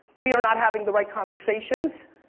we are not having the right conversations.